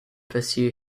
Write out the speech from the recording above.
pursue